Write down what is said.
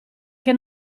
che